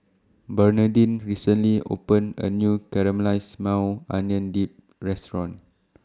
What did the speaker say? Bernadine recently opened A New Caramelized Maui Onion Dip Restaurant